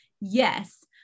yes